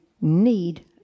need